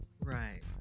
Right